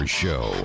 show